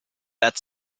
that